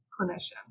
clinician